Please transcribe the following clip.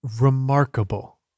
remarkable